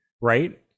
right